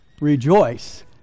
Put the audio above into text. rejoice